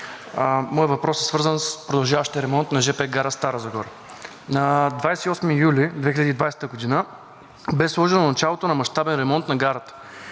моят въпрос е свързан с продължаващия ремонт на жп гара Стара Загора. На 28 юли 2020 г. бе сложено началото на мащабен ремонт на гарата.